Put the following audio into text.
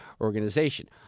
organization